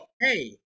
Hey